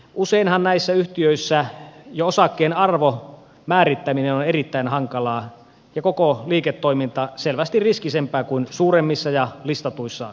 useinhan näissä yhtiöissä jo osakkeen arvon määrittäminen on erittäin hankalaa ja koko liiketoiminta selvästi riskisempää kuin suuremmissa ja listatuissa yhtiöissä